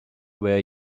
where